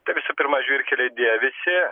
tai visų pirma žvyrkeliai dėvisi